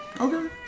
Okay